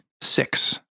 Six